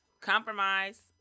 Compromise